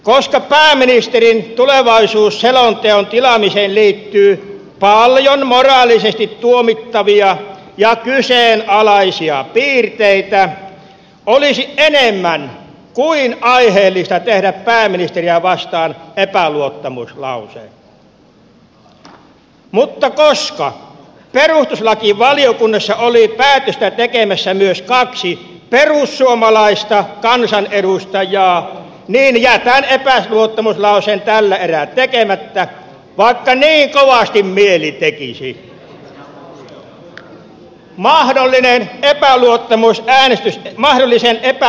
koska pääministerin tulevaisuusselonteon tilaamiseen liittyy paljon moraalisesti tuomittavia ja kyseenalaisia piirteitä olisi enemmän kuin aiheellista tehdä pääministeriä vastaan epäluottamuslause mutta koska perustuslakivaliokunnassa oli päätöstä tekemässä myös kaksi perussuomalaista kansanedustajaa niin jätän epäluottamuslauseen tällä erää tekemättä vaikka niin kovasti mieli tekisi